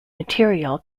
material